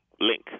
link